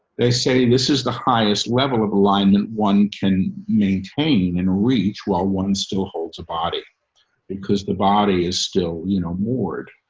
they say this is the highest level of alignment. one can maintain and reach while one still holds a body because the body is still, you know, morgue,